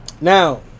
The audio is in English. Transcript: Now